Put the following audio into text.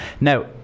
Now